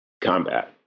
combat